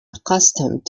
accustomed